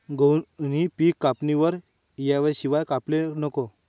गहूनं पिक कापणीवर येवाशिवाय कापाले नको